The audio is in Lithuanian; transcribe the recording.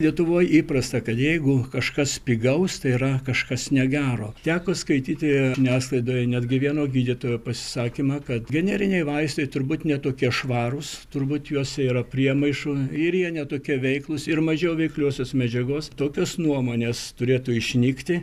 lietuvoj įprasta kad jeigu kažkas pigaus tai yra kažkas negero teko skaityti žiniasklaidoje netgi vieno gydytojo pasisakymą kad generiniai vaistai turbūt ne tokie švarūs turbūt juose yra priemaišų ir jie ne tokie veiklūs ir mažiau veikliosios medžiagos tokios nuomonės turėtų išnykti